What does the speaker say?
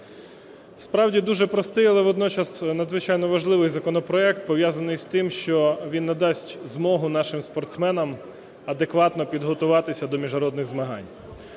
Справді, дуже простий, але водночас надзвичайно важливий законопроект, пов'язаний з тим, що він надасть змогу нашим спортсменам адекватно підготуватися до міжнародних змагань.